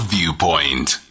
Viewpoint